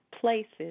places